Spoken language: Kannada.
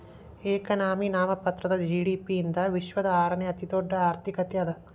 ಎಕನಾಮಿ ನಾಮಮಾತ್ರದ ಜಿ.ಡಿ.ಪಿ ಯಿಂದ ವಿಶ್ವದ ಆರನೇ ಅತಿದೊಡ್ಡ್ ಆರ್ಥಿಕತೆ ಅದ